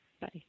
Bye